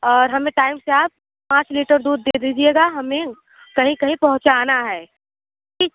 और हमें टाइम से आप पाँच लीटर दूध दे दीजिएगा हमें कहीं कहीं पहुँचाना है ठीक